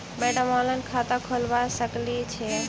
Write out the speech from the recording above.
Madam online खाता खोलबा सकलिये छीयै?